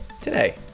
today